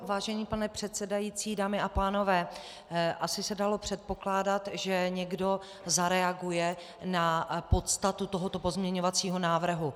Vážený pane předsedající, dámy a pánové, asi se dalo předpokládat, že někdo zareaguje na podstatu tohoto pozměňovacího návrhu.